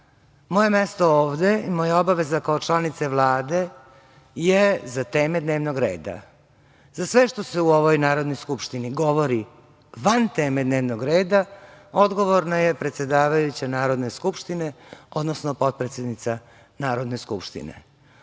Moje mesto ovde i moja obaveza kao članice Vlade je za teme dnevnog reda, za sve što se u ovoj Narodnoj skupštini govori van teme dnevnog reda odgovorna je predsedavajuća Narodne skupštine, odnosno potpredsednica Narodne skupštine. To